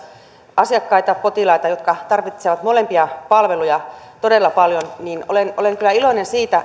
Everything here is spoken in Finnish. asiakkaita potilaita jotka tarvitsevat molempia palveluja todella paljon niin olen olen kyllä iloinen siitä